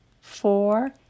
four